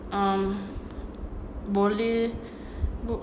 um boleh